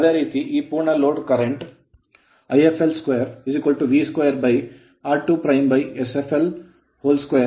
ಅದೇ ರೀತಿ ಈ ಪೂರ್ಣ load load current current Ifl2 V 2r2sfl 2 x 22